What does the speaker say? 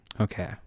Okay